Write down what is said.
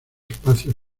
espacios